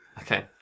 Okay